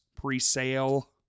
pre-sale